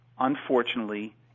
unfortunately